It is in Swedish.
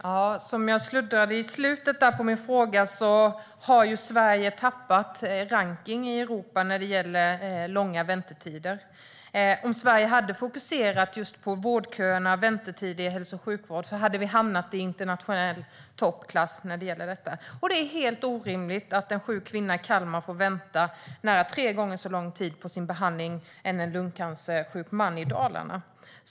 Herr talman! Som jag sluddrade fram i slutet av min fråga har Sverige tappat i rankningen i Europa när det gäller väntetider. Om Sverige hade fokuserat på vårdköerna och väntetider i hälso och sjukvården hade vi hamnat i internationell toppklass när det gäller detta. Det är helt orimligt att en sjuk kvinna i Kalmar får vänta nära tre gånger så lång tid på sin behandling än en lungcancersjuk man i Dalarna.